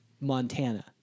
Montana